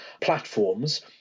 platforms